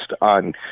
on